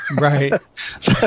right